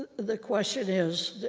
the question is